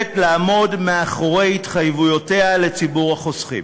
המסוגלת לעמוד מאחורי התחייבויותיה לציבור החוסכים.